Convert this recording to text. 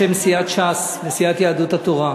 בשם סיעת ש"ס וסיעת יהדות התורה,